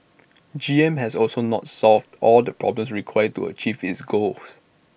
G M has also not solved all the problems required to achieve its goals